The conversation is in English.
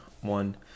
one